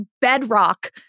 bedrock